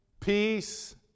peace